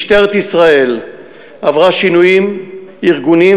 משטרת ישראל עברה שינויים ארגוניים